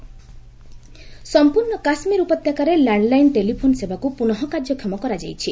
JK situation ସଂପ୍ରର୍ଣ୍ଣ କାଶ୍ମୀର ଉପତ୍ୟକାରେ landline telephone ସେବାକୁ ପୁନଃ କାର୍ଯ୍ୟକ୍ଷମ କରାଯାଇଛି